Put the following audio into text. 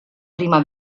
prima